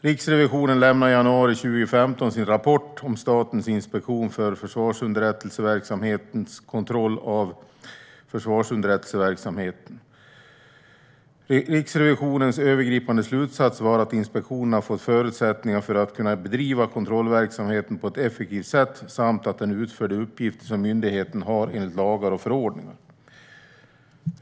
Riksrevisionen lämnade i januari 2015 sin rapport om Statens inspektion för försvarsunderrättelseverksamhetens kontroll av försvarsunderrättelseverksamheten. Riksrevisionens övergripande slutsats var att inspektionen har fått förutsättningar för att kunna bedriva kontrollverksamheten på ett effektivt sätt och att den utför de uppgifter som myndigheten har enligt lagar och förordningar.